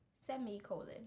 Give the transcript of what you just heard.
semicolon